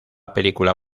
película